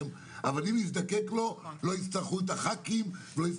אבל אם חלילה נזדקק לו אז זה ייתר את הצורך בח"כים ובפקידים.